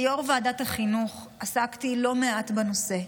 כיו"ר ועדת החינוך עסקתי לא מעט בנושא.